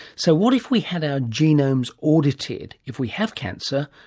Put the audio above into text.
so what if we had our genomes audited, if we have cancer,